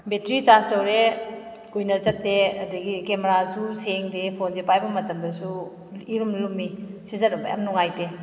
battery charge ꯇꯧꯔꯦ ꯀꯨꯏꯅ ꯆꯠꯇꯦ ꯑꯗꯨꯗꯒꯤ ꯀꯦꯃꯦꯔꯥꯁꯨ ꯁꯦꯡꯗꯦ ꯐꯣꯟꯁꯦ ꯄꯥꯏꯕ ꯃꯇꯝꯗꯁꯨ ꯏꯔꯨꯝ ꯂꯨꯝꯃꯤ ꯁꯤꯖꯟꯅꯕ ꯌꯥꯝ ꯅꯨꯡꯉꯥꯏꯇꯦ